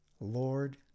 Lord